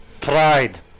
Pride